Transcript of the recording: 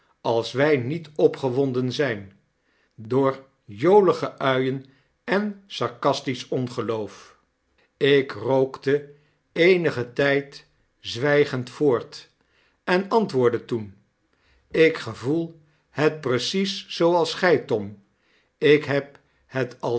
als wij niet opgewonden zijn door jolige uien en sarcastisch ongeloof jupfeouw lirriper en hare commensalen ik rookte eenigen tyd zwygend voort en antwoordde toen ik gevoel hetprecieszooalsgy tom ikheb het